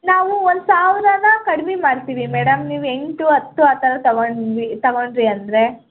ನಾವು ಒಂದು ಸಾವಿರನಾ ಕಡ್ಮೆ ಮಾಡ್ತೀವಿ ಮೇಡಮ್ ನೀವು ಎಂಟು ಹತ್ತು ಆ ಥರ ತೊಗೊಂಡ್ವಿ ತೊಗೊಂಡ್ರಿ ಅಂದರೆ